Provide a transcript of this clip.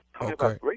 Okay